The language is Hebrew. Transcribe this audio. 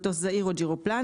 מטוס זעיר או ג'ירופלן,